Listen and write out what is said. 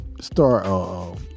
start